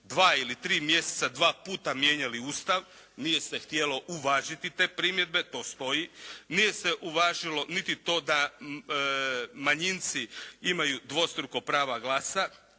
od 2 ili 3 mjeseca dva puta mijenjali Ustav. Nije se htjelo uvažiti te primjedbe, to stoji. Nije se uvažilo niti to da manjinci imaju dvostruko prava glasa